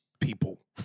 people